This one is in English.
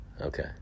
Okay